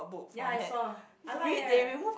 ya I saw I like eh